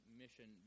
mission